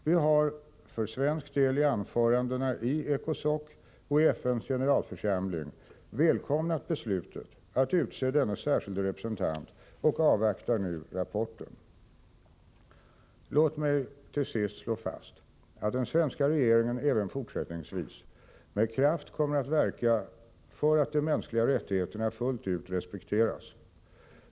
Vi har för svensk del i anförandena i ECOSOC och i FN:s generalförsamling välkomnat beslutet att utse denne särskilde representant och avvaktar nu rapporten. Låt mig till sist slå fast att den svenska regeringen även fortsättningsvis med kraft kommer att verka för att de mänskliga rättigheterna fullt ut respekteras.